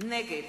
נגד